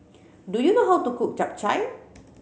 do you know how to cook Japchae